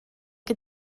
que